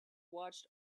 watched